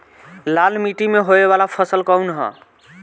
लाल मीट्टी में होए वाला फसल कउन ह?